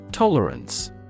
Tolerance